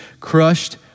crushed